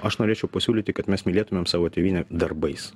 aš norėčiau pasiūlyti kad mes mylėtumėm savo tėvynę darbais